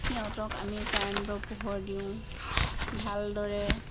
সিহঁতক আমি কাৰেণ্টৰ পোহৰ দিওঁ ভালদৰে